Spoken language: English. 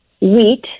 wheat